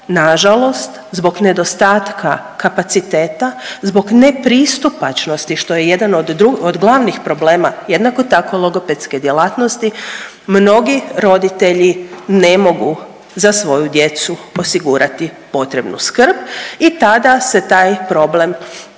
nažalost zbog nedostatka kapaciteta, zbog nepristupačnosti što je jedan od glavnih problema jednako tako logopedske djelatnosti mnogi roditelji ne mogu za svoju djecu osigurati potrebnu skrb i tada se taj problem počinje